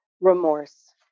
remorse